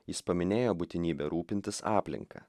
jis paminėjo būtinybę rūpintis aplinka